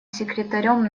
секретарем